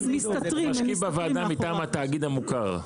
הוא משקיף בוועדה מטעם התאגיד המוכר.